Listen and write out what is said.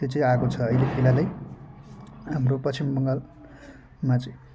त्यो चाहिँ आएको छ अहिले फिलहालै हाम्रो पश्चिम बङ्गालमा चाहिँ